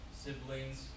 siblings